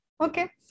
Okay